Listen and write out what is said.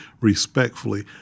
respectfully